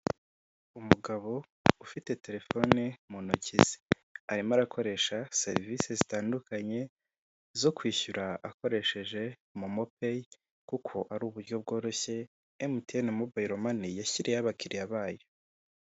Umugabo ufite telefoni mu ntoki ze arimo arakoresha serivisi zitandukanye zo kwishyura akoresheje momo peyi kuko ari uburyo bworoshye emutiyeni mobayiro mani yashyiriyeho abakiriya bayo.